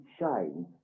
shines